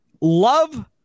Love